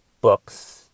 books